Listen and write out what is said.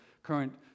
current